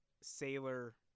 sailor